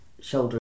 shoulder